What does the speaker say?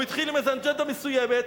הוא התחיל עם איזה אג'נדה מסוימת,